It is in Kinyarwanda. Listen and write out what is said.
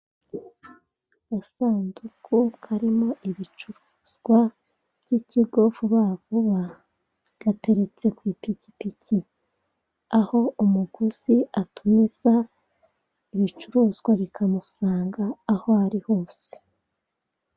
Agasanduku karimo ibicuruzwa by'ikigo vuba vuba, gateretse ku ipikipiki aho umuguzi atumiza ibicuruzwa bikamusanga aho ari hose.